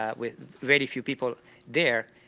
ah with very few people there,